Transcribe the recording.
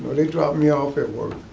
they drop me off at work.